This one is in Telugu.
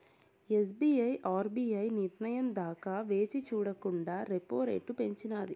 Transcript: ఎస్.బి.ఐ ఆర్బీఐ నిర్నయం దాకా వేచిచూడకండా రెపో రెట్లు పెంచినాది